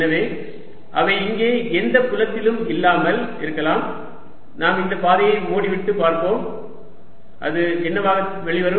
எனவே அவை இங்கே எந்தத் புலத்திலும் இல்லாமல் இருக்கலாம் நாம் இந்த பாதையை மூடிவிட்டு பார்ப்போம் அது என்னவாக வெளிவரும்